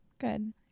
good